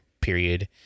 period